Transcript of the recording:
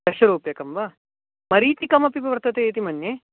दशरूप्यकं वा मरीचिकमपि वर्तते इति मन्ये